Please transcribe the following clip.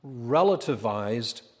relativized